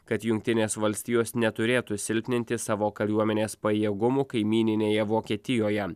kad jungtinės valstijos neturėtų silpninti savo kariuomenės pajėgumų kaimyninėje vokietijoje